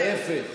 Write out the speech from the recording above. ההפך,